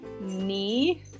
knee